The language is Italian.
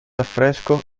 affresco